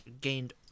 Gained